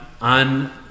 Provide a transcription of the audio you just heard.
on